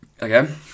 again